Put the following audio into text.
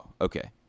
okay